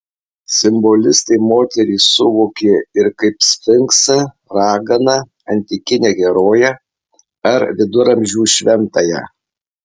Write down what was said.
simbolistai moterį suvokė ir kaip sfinksą raganą antikinę heroję ar viduramžių šventąją